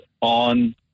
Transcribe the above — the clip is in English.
on